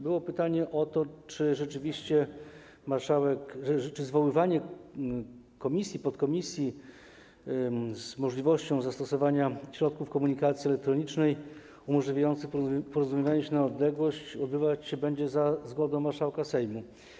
Było pytanie o to, czy rzeczywiście marszałek... czy zwoływanie posiedzenia komisji, podkomisji z możliwością zastosowania środków komunikacji elektronicznej umożliwiających porozumiewanie się na odległość odbywać się będzie za zgodą marszałka Sejmu.